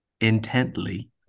intently